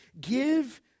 Give